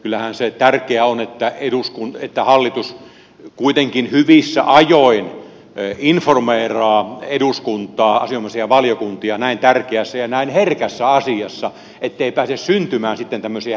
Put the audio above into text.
kyllähän se tärkeää on että hallitus kuitenkin hyvissä ajoin informeeraa eduskuntaa ja asianomaisia valiokuntia näin tärkeässä ja näin herkässä asiassa ettei pääse syntymään sitten tämmöisiä hässäkkätilanteita